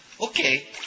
Okay